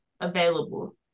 available